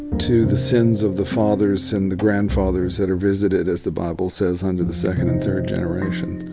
to the sins of the fathers and the grandfathers that are visited, as the bible says, unto the second and third generation.